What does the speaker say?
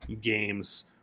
Games